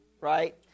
right